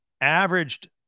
averaged